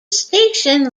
station